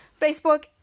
Facebook